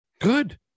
good